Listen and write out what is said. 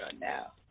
now